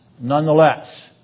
Nonetheless